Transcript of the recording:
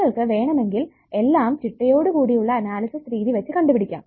നിങ്ങൾക്ക് വേണമെങ്കിൽ എല്ലാം ചിട്ടയോടുകൂടിയുള്ള അനാലിസിസ് രീതി വെച്ച് കണ്ടുപിടിക്കാം